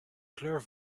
kleur